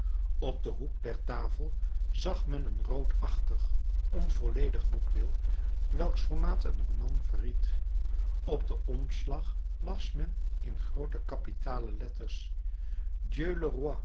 op den hoek der tafel zag men een roodachtig onvolledig boekdeel welks formaat een roman verried op den omslag las men in groote kapitale letters